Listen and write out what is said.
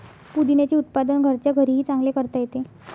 पुदिन्याचे उत्पादन घरच्या घरीही चांगले करता येते